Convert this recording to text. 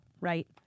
Right